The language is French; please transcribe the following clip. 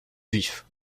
juif